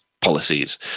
policies